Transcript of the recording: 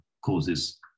causes